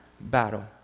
battle